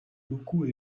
beaucoup